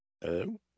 Hello